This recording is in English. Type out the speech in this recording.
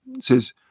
says